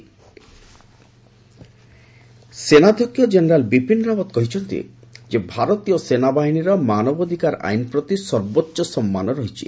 army chief ସେନାଧ୍ୟକ୍ଷ general Bipin Rawat କହିଛନ୍ତି ଭାରତୀୟ ସେନାବାହିନୀର ମାନବାଧିକାର ଆଇନ୍ ପ୍ରତି ସର୍ବୋଚ୍ଚ ସମ୍ମାନ ରହିଛି